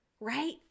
right